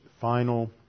final